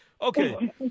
Okay